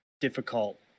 difficult